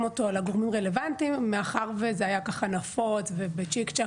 אותו לגורמים הרלוונטיים מאחר שזה היה נפוץ וצ'יק צ'ק